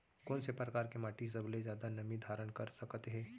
कोन से परकार के माटी सबले जादा नमी धारण कर सकत हे?